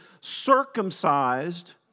Circumcised